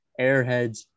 Airheads